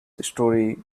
story